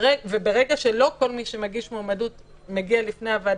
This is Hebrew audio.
ברגע שלא כל מי שמגיש מועמדות מגיע בפני הוועדה,